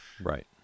Right